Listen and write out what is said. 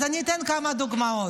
אז אני אתן כמה דוגמאות.